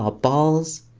ah balls!